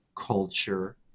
culture